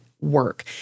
work